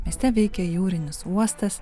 mieste veikia jūrinis uostas